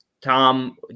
Tom